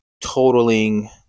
totaling